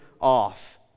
off